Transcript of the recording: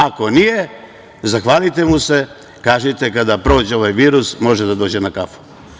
Ako nije, zahvalite mu se i kažite -kada prođe ovaj virus može da dođe na kafu.